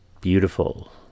Beautiful